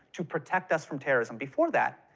to protect us from terrorism. before that,